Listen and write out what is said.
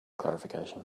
clarification